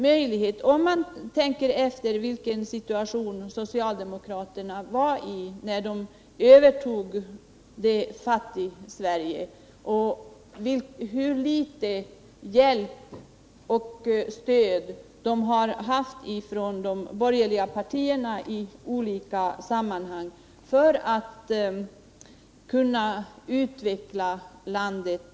Men tänk efter vilken situation socialdemokraterna befann sig i när de övertog Fattigsverige och hur litet hjälp och stöd de har haft från de borgerliga partierna i olika sammanhang för att kunna utveckla landet.